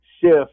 shift